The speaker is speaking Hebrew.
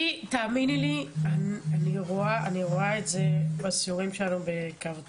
תאמיני לי, אני רואה את זה בסיורים שלנו בקו התפר.